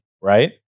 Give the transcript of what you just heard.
right